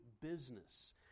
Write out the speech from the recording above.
business